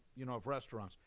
you know, of restaurants.